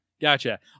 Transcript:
Gotcha